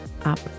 up